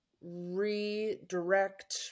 redirect